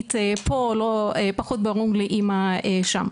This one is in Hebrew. למשפטנית פה פחות ברור לאמא שם.